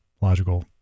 logical